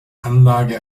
anlage